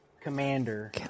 commander